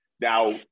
Now